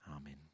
Amen